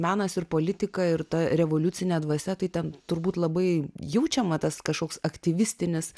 menas ir politika ir ta revoliucinė dvasia tai ten turbūt labai jaučiama tas kažkoks aktyvistinis